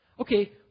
Okay